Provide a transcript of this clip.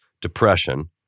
depression